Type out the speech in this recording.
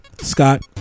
Scott